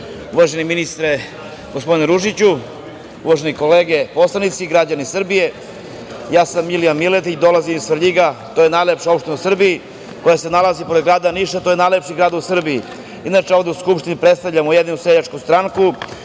Orliću. Uvaženi ministre gospodine Ružiću, uvažene kolege poslanici i građani Srbije, ja sam Milija Miletić, dolazim iz Svrljiga, to je najlepša opština u Srbiji koja se nalazi pored grada Niša, to je najlepši grad u Srbiji. Inače, ovde u Skupštini predstavljam Ujedinjenu seljačku stranku.